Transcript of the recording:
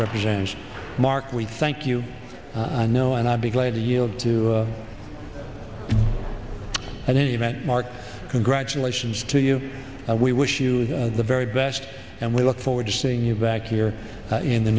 represents mark we thank you know and i'd be glad to yield to and then you met mark congratulations to you we wish you the very best and we look forward to seeing you back here in the